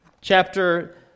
chapter